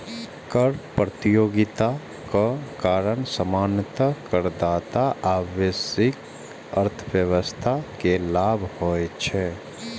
कर प्रतियोगिताक कारण सामान्यतः करदाता आ वैश्विक अर्थव्यवस्था कें लाभ होइ छै